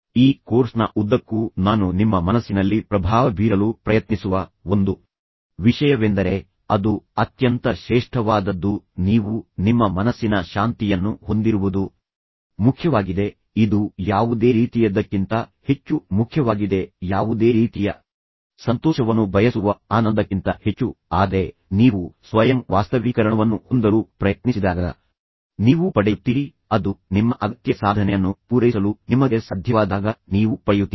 ಈ ಕೋರ್ಸ್ನ ಉದ್ದಕ್ಕೂ ನಾನು ನಿಮ್ಮ ಮನಸ್ಸಿನಲ್ಲಿ ಪ್ರಭಾವ ಬೀರಲು ಪ್ರಯತ್ನಿಸುವ ಒಂದು ವಿಷಯವೆಂದರೆ ಅದು ಅತ್ಯಂತ ಶ್ರೇಷ್ಠವಾದದ್ದು ನೀವು ನಿಮ್ಮ ಮನಸ್ಸಿನ ಶಾಂತಿಯನ್ನು ಹೊಂದಿರುವುದು ಮುಖ್ಯವಾಗಿದೆ ಇದು ಯಾವುದೇ ರೀತಿಯದ್ದಕ್ಕಿಂತ ಹೆಚ್ಚು ಮುಖ್ಯವಾಗಿದೆ ಯಾವುದೇ ರೀತಿಯ ಸಂತೋಷವನ್ನು ಬಯಸುವ ಆನಂದಕ್ಕಿಂತ ಹೆಚ್ಚು ಆದರೆ ನೀವು ಸ್ವಯಂ ವಾಸ್ತವೀಕರಣವನ್ನು ಹೊಂದಲು ಪ್ರಯತ್ನಿಸಿದಾಗ ನೀವು ಪಡೆಯುತ್ತೀರಿ ಅದು ನಿಮ್ಮ ಅಗತ್ಯ ಸಾಧನೆಯನ್ನು ಪೂರೈಸಲು ನಿಮಗೆ ಸಾಧ್ಯವಾದಾಗ ನೀವು ಪಡೆಯುತ್ತೀರಿ